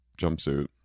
jumpsuit